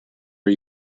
are